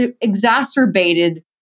exacerbated